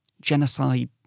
genocide